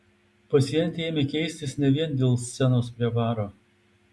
pacientė ėmė keistis ne vien dėl scenos prie baro